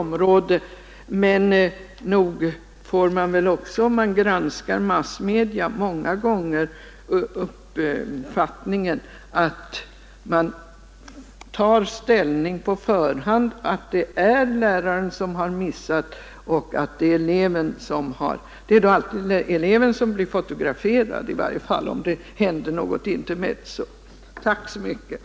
Men nog får vi, om vi ganskar massmedia, många gånger den uppfattningen att man på förhand tar ställning mot läraren och anser att det är han som har missat. I varje fall är det alltid eleven som blir fotograferad om det händer något intermezzo.